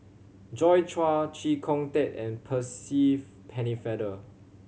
Joi Chua Chee Kong Tet and Percy Pennefather